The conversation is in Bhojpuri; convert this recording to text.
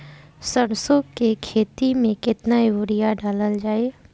सरसों के खेती में केतना यूरिया डालल जाई?